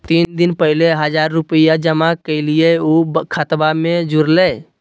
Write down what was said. तीन दिन पहले हजार रूपा जमा कैलिये, ऊ खतबा में जुरले?